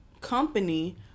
company